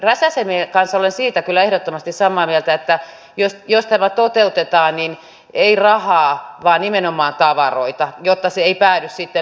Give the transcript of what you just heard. räsäsen kanssa olen siitä kyllä ehdottomasti samaa mieltä että jos tämä toteutetaan niin ei rahaa vaan nimenomaan tavaroita jotta se ei päädy sitten